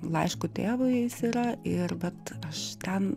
laišku tėvui jis yra ir bet aš ten